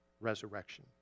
resurrection